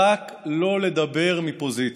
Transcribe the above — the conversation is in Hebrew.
רק לא לדבר מפוזיציה: